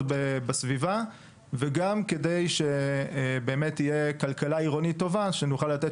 בסביבה וגם כדי שתהיה כלכלה עירונית טובה ונוכל לתת